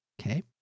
Okay